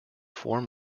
form